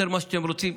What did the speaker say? יותר ממה שאתם רוצים,